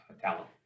talent